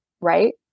Right